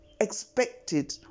expected